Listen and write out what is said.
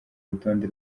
rutonde